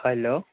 hello